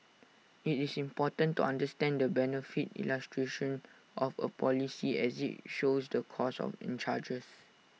IT is important to understand the benefit illustration of A policy as IT shows the costs of in charges